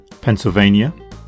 Pennsylvania